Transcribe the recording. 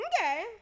okay